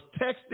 texted